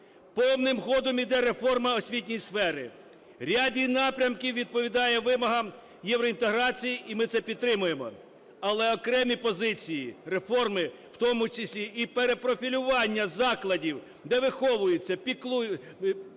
Повним ходом йде реформа освітньої сфери. Ряд її напрямків відповідають вимогам євроінтеграції, і ми це підтримуємо. Але окремі позиції реформи, в тому числі і перепрофілювання закладів, де виховують, лікуються,